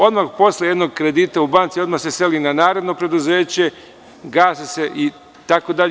Odmah posle jednog kredita u banci seli se na naredno preduzeće, gase se itd.